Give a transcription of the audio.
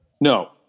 no